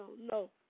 no